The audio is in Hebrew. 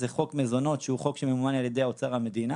זה חוק מזונות שהוא חוק שממומן על ידי אוצר המדינה